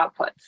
outputs